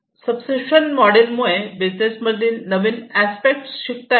subscription model मुळे business मधील नवीन अस्पेक्ट शिकता येतात